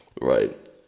right